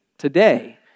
Today